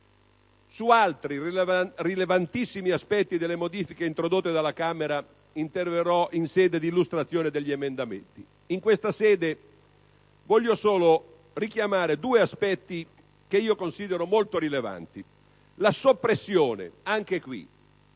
Su altri rilevantissimi aspetti delle modifiche introdotte dalla Camera interverrò in sede di illustrazione degli emendamenti. In questa sede voglio solo richiamare due aspetti che io considero molto rilevanti. Il primo è la